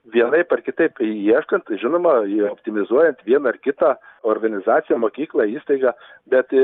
vienaip ar kitaip ieškant žinoma jį optimizuojant vieną ar kitą organizaciją mokyklą įstaigą bet